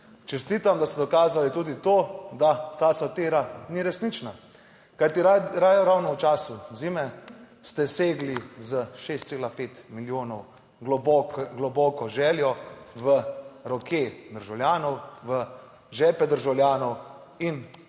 Čestitam, da ste dokazali tudi to, da ta satira ni resnična. Kajti ravno v času zime ste segli za 6,5 milijonov globoko z željo v roke državljanov, v žepe državljanov in